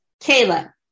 Kayla